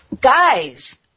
Guys